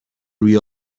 روی